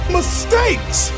Mistakes